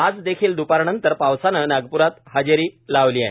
आज देखील दुपारनंतर पावसानं नागपूरात हजेरी लावली आहे